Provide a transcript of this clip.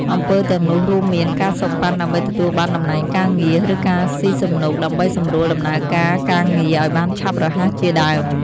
អំពើទាំងនោះរួមមាន ការសូកប៉ាន់ដើម្បីទទួលបានតំណែងការងារ ឬការស៊ីសំណូកដើម្បីសម្រួលដំណើរការការងារឲ្យបានឆាប់រហ័សជាដើម។